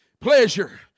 pleasure